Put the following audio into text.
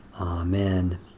Amen